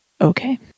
Okay